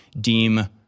deem